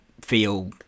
feel